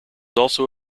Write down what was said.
also